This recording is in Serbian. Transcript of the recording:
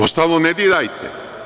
Ostalo ne dirajte.